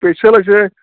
special अशें